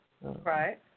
Right